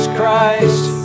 Christ